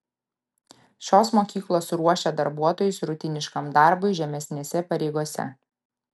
šios mokyklos ruošia darbuotojus rutiniškam darbui žemesnėse pareigose